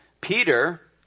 Peter